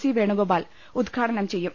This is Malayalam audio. സി വേണുഗോപാൽ ഉദ്ഘാടനം ചെയ്യും